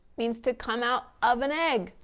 means to come out of an egg.